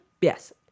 Yes